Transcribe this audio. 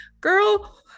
Girl